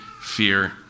fear